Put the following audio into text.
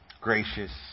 gracious